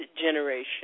generation